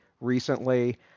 recently